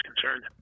concerned